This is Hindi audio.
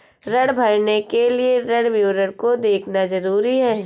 ऋण भरने के लिए ऋण विवरण को देखना ज़रूरी है